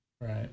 Right